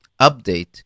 update